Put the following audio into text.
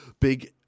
big